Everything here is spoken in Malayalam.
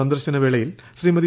സന്ദർശന വേളയിൽ ശ്രീമതി